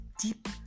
deep